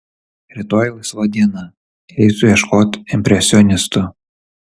rytoj laisva diena eisiu ieškot impresionistų